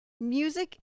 music